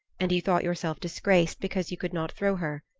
and you thought yourself disgraced because you could not throw her.